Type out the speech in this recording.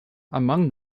among